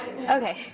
Okay